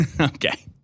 okay